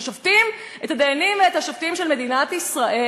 השופטים והדיינים של מדינת ישראל,